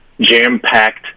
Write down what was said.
jam-packed